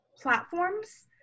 platforms